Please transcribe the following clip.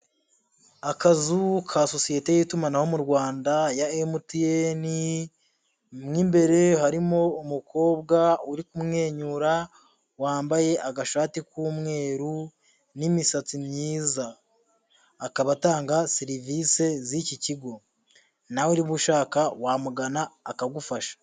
Akazu ka sosiyete y'itumanaho mu Rwanda ya MNT, mo imbere harimo umukobwa uri kumwenyura, wambaye agashati k'umweru n'imisatsi myiza. Akaba atanga serivisi z'iki kigo. Nawe niba ushaka wamugana akagufasha.